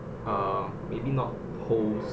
uh maybe not post